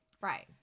Right